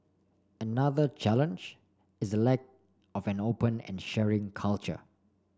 another challenge is the lack of an open and sharing culture